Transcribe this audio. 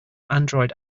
android